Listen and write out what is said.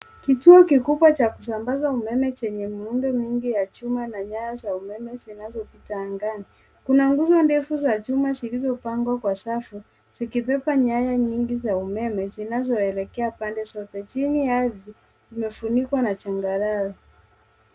Kituo kikubwa cha kusambaza umeme chenye miundo nyingi ya chuma na nyaya za umeme zinazopita angani. Kuna nguzo ndefu za chuma zilizopangwa kwa safu zikibeba nyaya nyingi za umeme zinazolekea pande zote .Chini ya rdhi imefunikwa na changarawe.